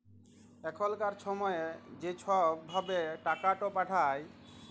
এখলকার ছময়ে য ছব ভাবে টাকাট পাঠায়